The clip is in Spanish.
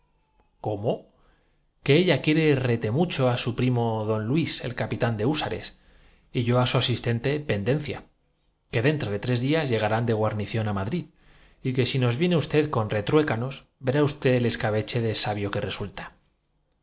que ella quiere retemucho á su primo don luís pero oh fragilidad de las cosas humanas aquel el capitán de húsares y yo á su asistente pendencia hombre que llegara hasta los cuarenta años sin expe que dentro de tres días llegarán de guarnición á ma rimentar la atracción de las hijas de eva no necesitó drid y que si nos viene usted con retruécanos verá más que seis meses de consorcio para no saber ya usted el escabeche de sabio que resulta